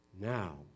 now